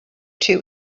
two